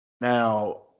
Now